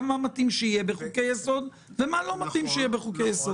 מה מתאים שיהיה בחוקי-יסוד ומה לא מתאים שיהיה בחוקי-יסוד.